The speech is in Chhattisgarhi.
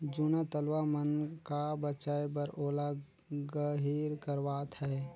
जूना तलवा मन का बचाए बर ओला गहिर करवात है